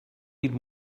need